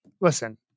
listen